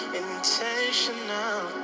intentional